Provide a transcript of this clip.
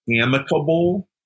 amicable